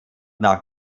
nach